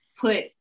put